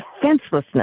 defenselessness